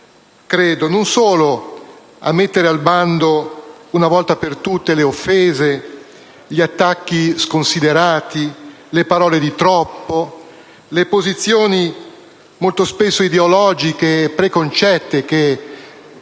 deve aiutare a mettere al bando una volta per tutte le offese, gli attacchi sconsiderati, le parole di troppo, le posizioni molto spesso ideologiche e preconcette che